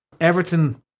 Everton